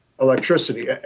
electricity